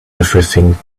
everything